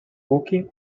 walking